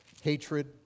hatred